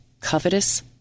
covetous